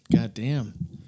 Goddamn